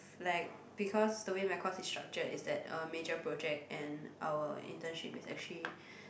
like because the way my course is structured is that a major project and our internship is actually